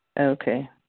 Okay